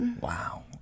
Wow